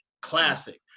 classic